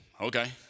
okay